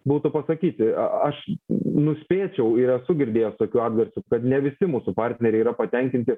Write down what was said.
būtų pasakyti aš nuspėčiau esu girdėjęs tokių atgarsių kad ne visi mūsų partneriai yra patenkinti